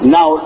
Now